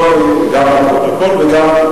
אלא כשאמר אותם,